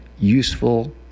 useful